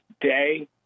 day